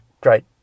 great